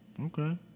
Okay